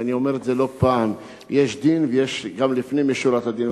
ואני אומר את זה לא פעם: יש דין ויש לפנים משורת הדין.